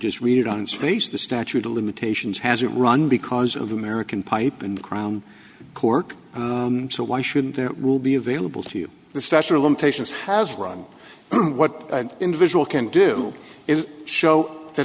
just read it on its face the statute of limitations has run because of american pipe and crown court so why shouldn't there will be available to you the statute of limitations has run what an individual can do is show that